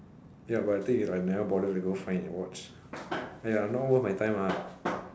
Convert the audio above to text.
ya but the thing is I never bother to go find it and watch not worth my time lah